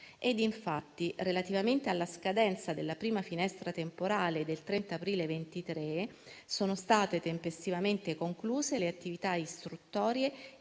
Infatti, relativamente alla scadenza della prima finestra temporale del 30 aprile 2023, sono state tempestivamente concluse le attività istruttorie